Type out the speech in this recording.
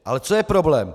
Ale co je problém?